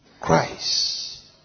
Christ